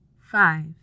five